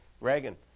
Reagan